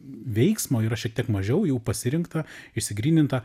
veiksmo yra šiek tiek mažiau jau pasirinkta išsigryninta